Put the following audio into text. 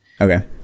okay